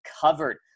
covered